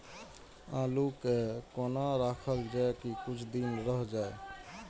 आलू के कोना राखल जाय की कुछ दिन रह जाय?